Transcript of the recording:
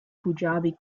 punjabi